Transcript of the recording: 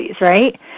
right